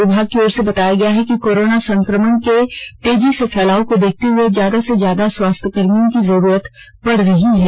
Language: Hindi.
विभाग की ओर से बताया गया है कि कोरोना संक्रमण के तेजी से फैलाव को देखते हुए ज्यादा से ज्यादा स्वास्थ्यकर्मियों की जरूरत पड़ रही है